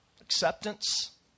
Acceptance